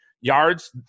yards